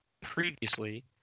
previously